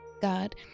God